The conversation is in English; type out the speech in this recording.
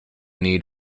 need